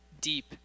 deep